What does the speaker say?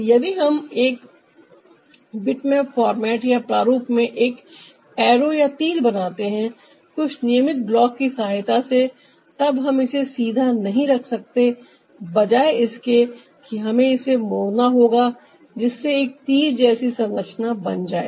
यदि हम एक बित्मप फॉर्मेट या प्रारूप में एक आरो या तीर बनाते है कुछ नियमित ब्लॉक की सहायता से तब हम इसे सीधा नहीं रख सकते बजाय इसके कि हमें इसे मोड़ना होगा जिससे एक तीर जैसी संरचना बन जाए